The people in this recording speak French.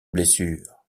blessures